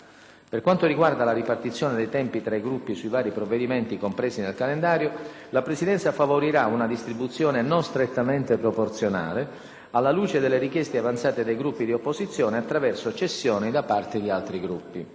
Per quanto riguarda la ripartizione dei tempi tra i Gruppi sui vari provvedimenti compresi nel calendario, la Presidenza favorirà una distribuzione non strettamente proporzionale, alla luce delle richieste avanzate dai Gruppi di opposizione, attraverso cessioni da parte di altri Gruppi.